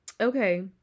Okay